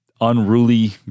unruly